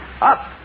Up